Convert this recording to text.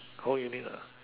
whole unit ah